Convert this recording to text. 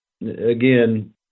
again